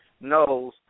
knows